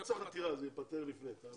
לא צריך עתירה, זה ייפתר לפני, תאמין לי.